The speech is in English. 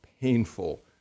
painful